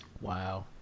Wow